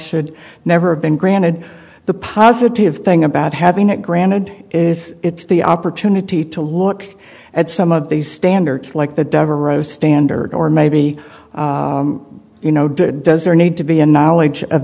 should never have been granted the positive thing about having it granted is it's the opportunity to look at some of these standards like the devereaux standard or maybe you know do does there need to be a knowledge of